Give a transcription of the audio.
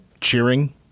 cheering